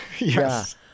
yes